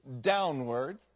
downward